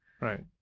right